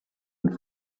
and